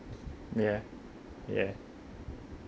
ya ya